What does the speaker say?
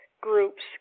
groups